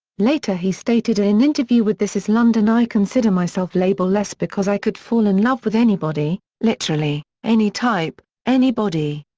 later he stated ah in an interview with this is london i consider myself label-less because i could fall in love with anybody literally any type, any body.